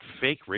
fake